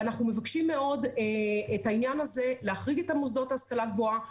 ואנחנו מבקשים מאוד בעניין הזה להחריג את המוסדות להשכלה גבוהה,